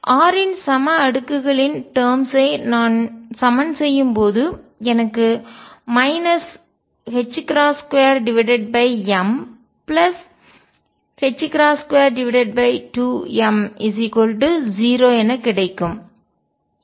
r இன் சம அடுக்குகளின் டேர்ம்ஸ் ஐ நான் சமன் செய்யும் போது எனக்கு 2m222m0 என கிடைக்கும்